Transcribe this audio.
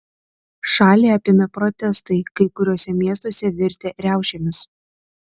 šalį apėmė protestai kai kuriuose miestuose virtę riaušėmis